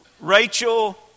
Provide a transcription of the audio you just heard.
Rachel